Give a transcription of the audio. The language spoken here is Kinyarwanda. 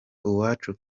uwacu